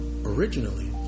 originally